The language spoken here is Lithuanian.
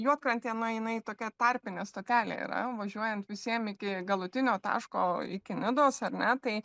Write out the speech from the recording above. juodkrantė na jinai tokia tarpinė stotelė yra važiuojant visiem iki galutinio taško iki nidos ar ne tai